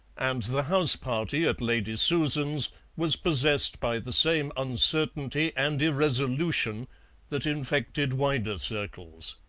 and the house-party at lady susan's was possessed by the same uncertainty and irresolution that infected wider circles.